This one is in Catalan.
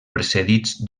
precedits